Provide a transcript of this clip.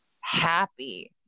happy